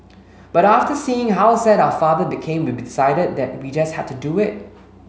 but after seeing how sad our father became we decided that we just had to do it